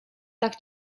tak